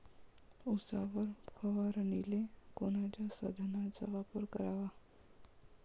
उसावर फवारनीले कोनच्या साधनाचा वापर कराव?